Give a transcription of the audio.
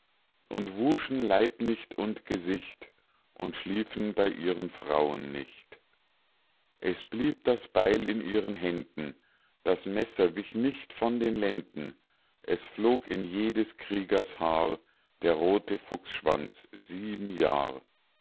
und wuschen leib nicht und gesicht und schliefen bei ihren frauen nicht es blieb das beil in ihren händen das messer wich nicht von den lenden es flog in jedes kriegers haar der rote fuchsschwanz sieben jahr